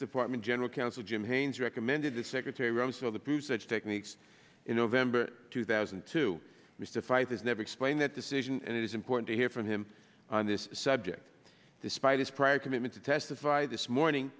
department general counsel jim haynes recommended to secretary rumsfeld approved such techniques in november two thousand and two mr feith has never explained that decision and it is important to hear from him on this subject despite his prior commitment to testify this morning